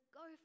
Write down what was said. go